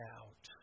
out